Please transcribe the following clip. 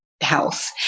health